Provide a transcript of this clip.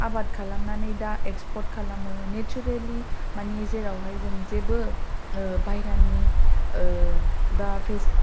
आबाद खालामनानै दा एक्सपट खालामो नेसारेलि मानि जेरावहाय जों जेबो बायह्रानि बा